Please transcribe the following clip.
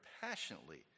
passionately